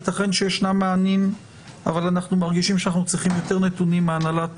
ייתכן שיש מענים אבל אנו מרגישים שאנו צריכים יותר נתונים מהנהלת